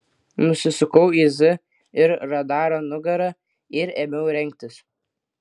nusisukau į z ir radarą nugara ir ėmiau rengtis